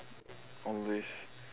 always